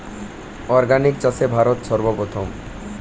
organic চাষে ভারত সর্বপ্রথম